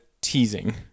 teasing